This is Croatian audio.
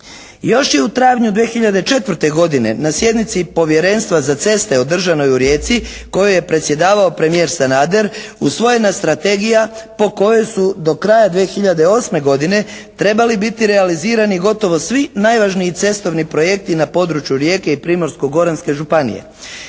Još je u travnju 2004. godine na sjednici Povjerenstva za ceste održanoj u Rijeci kojoj je predsjedavao premijer Sanader usvojena strategija po kojoj su do kraja 2008. godine trebali biti realizirani gotovo svi najvažniji cestovni projekti na području Rijeke i Primorsko-goranske županije.